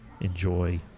enjoy